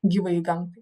gyvajai gamtai